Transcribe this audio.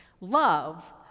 Love